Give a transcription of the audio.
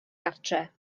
gartre